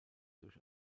durch